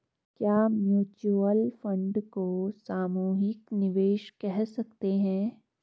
क्या mutual fund को सामूहिक निवेश कह सकते हैं?